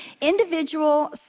Individual